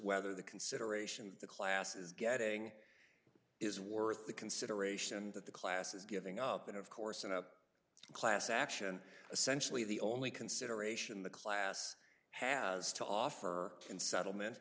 whether the consideration of the class is getting is worth the consideration that the class is giving up and of course in a class action essentially the only consideration the class has to offer in settlement